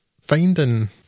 Finding